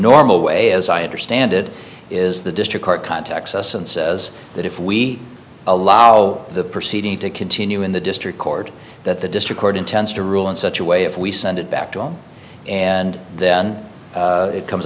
normal way as i understand it is the district court contacts us and says that if we allow the proceeding to continue in the district court that the district court intends to rule in such a way if we send it back to him and then it comes